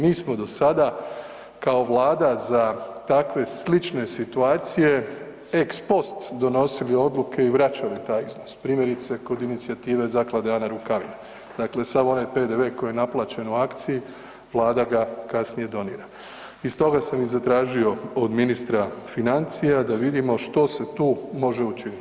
Mi smo do sada kao Vlada za takve slične situacije ex post donosili odluke i vraćali taj iznos, primjerice, kod inicijative Zaklade Ana Rukavina, dakle sav onaj PDV koji je naplaćen u akciji, Vlada ga kasnije donira i stoga sam i zatražio od ministra financija da vidimo što se tu može učiniti.